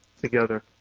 together